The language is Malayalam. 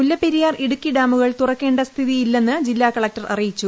മുല്ലപ്പെരിയാർ ഇടുക്കി ഡാമുകൾ തുറക്കേണ്ട സ്ഥിതിയില്ലെന്ന് ജില്ലാകളക്ടർ അറിയിച്ചു